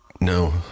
No